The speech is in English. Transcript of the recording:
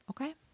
Okay